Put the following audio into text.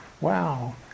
Wow